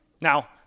now